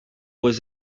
was